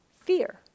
fear